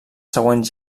següents